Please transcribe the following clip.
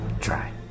Try